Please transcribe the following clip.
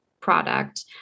product